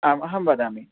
आम् अहं वदामि